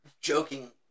joking